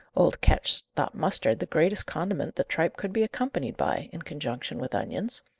old ketch thought mustard the greatest condiment that tripe could be accompanied by, in conjunction with onions.